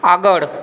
આગળ